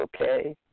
okay